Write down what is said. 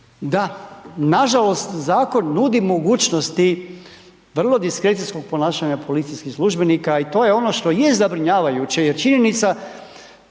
Da, nažalost zakon nudi mogućnosti vrlo diskrecijskog ponašanja policijskih službenika i to je ono što je zabrinjavajuće jer činjenica,